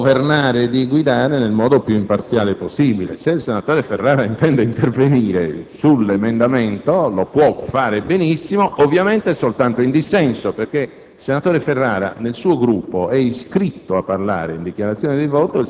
A me dispiace che il senatore Ferrara esprima una opinione diversa dalla mia, tutto è legittimo, ma credo di avere almeno in questo momento la responsabilità della Presidenza dell'Aula che cerco di